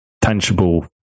tangible